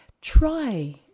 Try